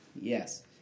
yes